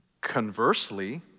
Conversely